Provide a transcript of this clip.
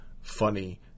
funny